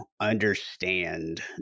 understand